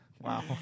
Wow